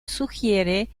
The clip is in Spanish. sugiere